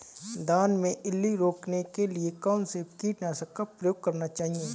धान में इल्ली रोकने के लिए कौनसे कीटनाशक का प्रयोग करना चाहिए?